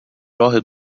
راه